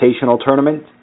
Tournament